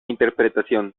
interpretación